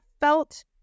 felt